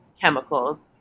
chemicals